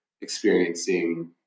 experiencing